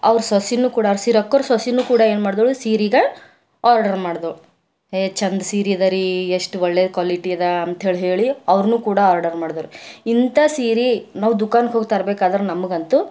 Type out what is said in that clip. ಅವ್ರ ಸೊಸೆಯೂ ಕೂಡ ಸೀರಾಕ್ಕೋರ ಸೊಸೆಯೂ ಕೂಡ ಏನು ಮಾಡಿದಳು ಸೀರೆಗೆ ಆರ್ಡರ್ ಮಾಡಿದಳು ಏ ಚೆಂದ ಸೀರೆ ಅದ ರೀ ಎಷ್ಟು ಒಳ್ಳೆ ಕ್ವಾಲಿಟಿ ಅದಾ ಅಂಥೇಳಿ ಹೇಳಿ ಅವರೂ ಕೂಡ ಆರ್ಡರ್ ಮಾಡಿದ್ರು ಇಂಥ ಸೀರೆ ನಾವು ದುಖಾನ್ಗೋಗಿ ತರಬೇಕಾದ್ರೆ ನಮಗಂತೂ